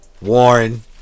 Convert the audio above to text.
Warren